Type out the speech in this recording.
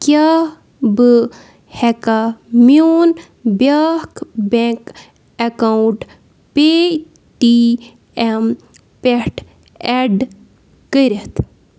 کیٛاہ بہٕ ہٮ۪کا میون بیٛاکھ bank account Paytm پٮ۪ٹھ اٮ۪ڈ کٔرِتھ